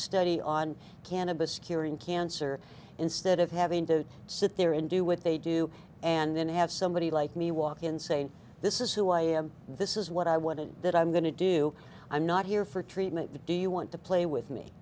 study on cannabis curing cancer instead of having to sit there and do what they do and then have somebody like me walk in saying this is who i am this is what i wanted that i'm going to do i'm not here for treatment do you want to play with me